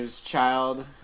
child